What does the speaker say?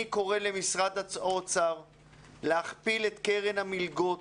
אני קורא למשרד האוצר להכפיל את קרן המלגות